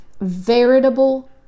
veritable